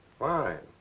fine,